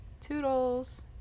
Toodles